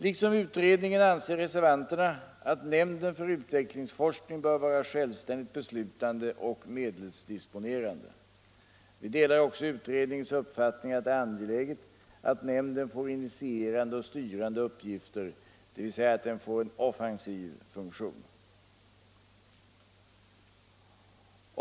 Liksom utredningen anser reservanterna att nämnden för utvecklingsforskning bör vara självständigt beslutande och medelsdisponerande. Vi delar också utredningens uppfattning att det är angeläget att nämnden får initierande och styrande uppgifter, dvs. att den får en offensiv funktion.